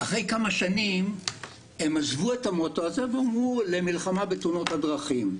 אחרי כמה שנים הם עזבו את המוטו ועברו למלחמה בתאונות הדרכים.